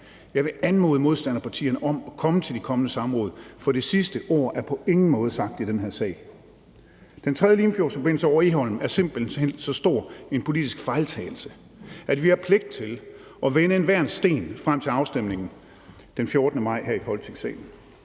Jeg vil anmode modstanderpartierne om at komme til de kommende samråd, for det sidste ord er i den her sag på ingen måde sagt. Den tredje Limfjordsforbindelse over Egholm er simpelt hen så stor en politisk fejltagelse, at vi frem til afstemningen den 14. maj her i Folketingssalen